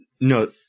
No